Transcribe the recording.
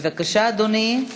בבקשה, אדוני,